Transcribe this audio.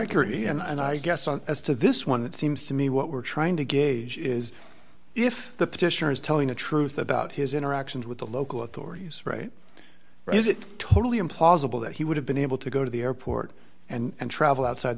credibility and i guess on as to this one it seems to me what we're trying to gauge is if the petitioner is telling the truth about his interactions with the local authorities right or is it totally implausible that he would have been able to go to the airport and travel outside